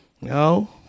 No